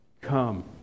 come